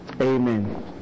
Amen